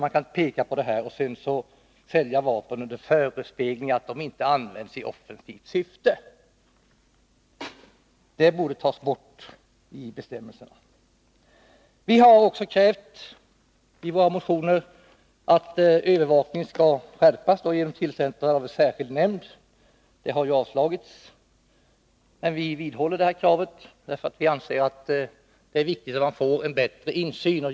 Man kan peka på den aktuella punkten och sedan sälja vapen under förespegling att de inte används i offensivt syfte. Den punkten i bestämmelserna borde tas bort. Vi har i våra motioner också krävt att övervakningen av vapenexporten skall skärpas genom tillsättandet av en särskild nämnd. Motionerna har avstyrkts, men vi vidhåller detta krav, därför att vi anser att det är viktigt att man får en bättre insyn.